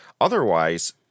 Otherwise